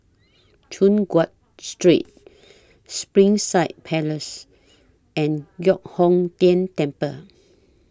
Choon Guan Street Springside Place and Giok Hong Tian Temple